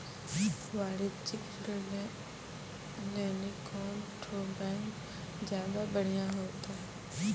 वाणिज्यिक ऋण लै लेली कोन ठो बैंक ज्यादा बढ़िया होतै?